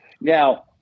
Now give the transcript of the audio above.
Now